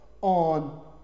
on